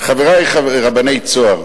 חברי רבני "צהר",